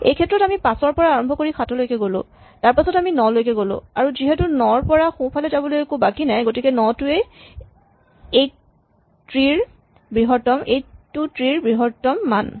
এইক্ষেত্ৰত আমি ৫ ৰ পৰা আৰম্ভ কৰি ৭ লৈকে গ'লো তাৰপাছত আমি ৯ লৈকে গ'লো আৰু যিহেতু ৯ ৰ পৰা সোঁফালে যাবলৈ একো বাকী নাই গতিকে ৯ টোৱেই এইটো ট্ৰী ৰ বৃহত্তম মান